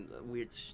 weird